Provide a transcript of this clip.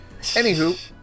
Anywho